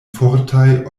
fortaj